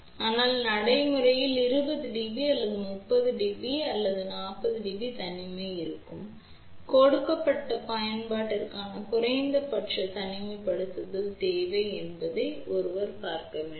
ஆனால் நடைமுறையில் 20 dB அல்லது 30 dB அல்லது 40 dB தனிமை இருக்கும் கொடுக்கப்பட்ட பயன்பாட்டிற்கான குறைந்தபட்ச தனிமைப்படுத்தல் தேவை என்ன என்பதை ஒருவர் பார்க்க வேண்டும்